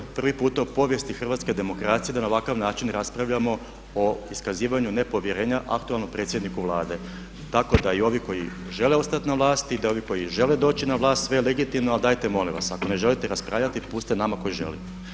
Ovo je prvi puta u povijesti hrvatske demokracije da na ovakav način raspravljamo o iskazivanju nepovjerenja aktualnom predsjedniku Vlade tako da i ovi koji žele ostati na vlasti, i da ovi koji žele doći na vlast sve legitimno ali dajte molim vas ako ne želite raspravljati pustite nama koji žele.